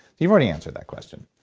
you've already answered that question.